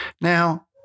Now